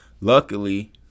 Luckily